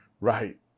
Right